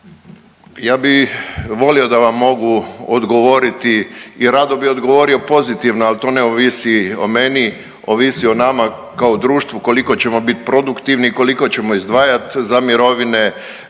Ja bih volio da vam mogu odgovoriti i rado bi odgovorio pozitivno, ali to ne ovisi o meni, ovisi o nama kao društvu koliko ćemo biti produktivni, koliko ćemo izdvajati za mirovine.